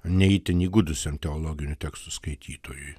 ne itin įgudusiam teologinių tekstų skaitytojui